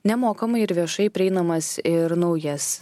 nemokamai ir viešai prieinamas ir naujas